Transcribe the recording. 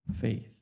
faith